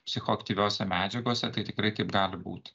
psichoaktyviose medžiagose tai tikrai kaip gali būti